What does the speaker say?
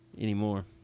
anymore